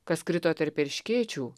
kas krito tarp erškėčių